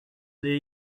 the